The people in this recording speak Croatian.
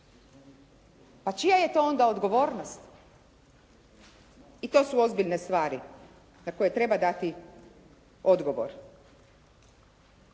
Pa čija je to onda odgovornost? I to su ozbiljne stvari na koje treba dati odgovor.